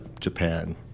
Japan